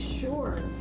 sure